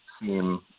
seem